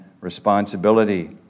responsibility